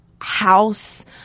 house